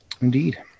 indeed